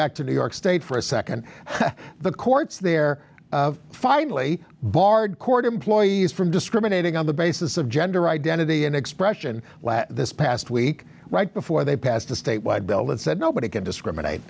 back to new york state for a second the courts there finally barred court employees from discriminating on the basis of gender identity and expression this past week right before they passed a statewide bill that said nobody can discriminate